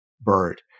bird